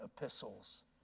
epistles